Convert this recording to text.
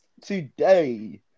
today